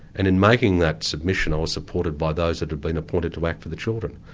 and in making that submission, i was supported by those that had been appointed to act for the children.